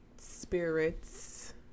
spirits